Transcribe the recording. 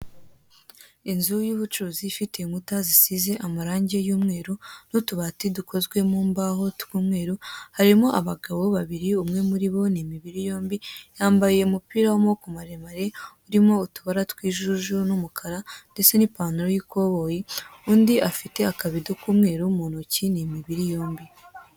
Inzu y'ubucuruzi ifite inkuta zisize amarangi y'umweru, n'utubati dukozwe mu mbaho tw'umweru, harimo abagabo babiri umwe muri bo ni imibiri yombi, yambaye umupira w'amaboko maremare, urimo utubara tw'ijuju n'umukara, ndetse n'ipantaro y'ikoboyi, undi afite akabido k'umweru mu ntoki ni imibiri yombi.